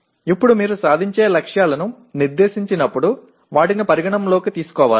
ఇప్పుడు మీరు సాధించే లక్ష్యాలను నిర్దేశించినప్పుడు వాటిని పరిగణనలోకి తీసుకోవాలి